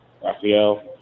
Rafael